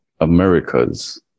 Americas